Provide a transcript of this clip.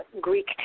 Greek